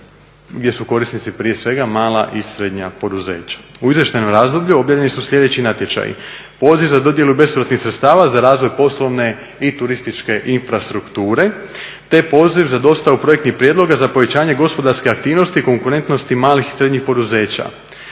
gdje su korisnici mala i srednja poduzeća. U izvještajnom razdoblju objavljeni su sljedeći natječaji, poziv za dodjelu besplatnih sredstava za razvoj poslovne i turističke infrastrukture, te poziv za dostavu projektnih prijedloga za povećanje gospodarske aktivnosti konkurentnosti malih i srednjih poduzeća,